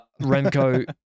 Remco